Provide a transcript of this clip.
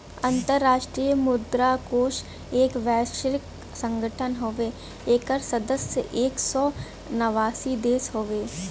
अंतराष्ट्रीय मुद्रा कोष एक वैश्विक संगठन हउवे एकर सदस्य एक सौ नवासी देश हउवे